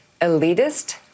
elitist